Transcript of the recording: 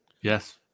Yes